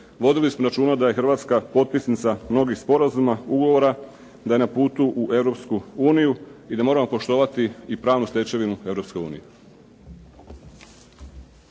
vodili smo računa da je Hrvatska potpisnica mnogih sporazuma, ugovora, da je na putu u Europsku uniju i da moramo poštovati i pravnu stečevinu